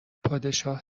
پادشاه